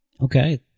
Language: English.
Okay